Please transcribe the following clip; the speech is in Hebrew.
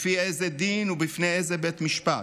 לפי איזה דין ובפני איזה בית משפט.